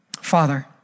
Father